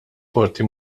qorti